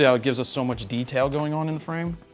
yeah it gives a so much detail going on in the frame.